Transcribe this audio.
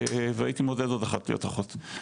והייתי מעודד עוד אחת להיות אחות.